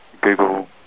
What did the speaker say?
Google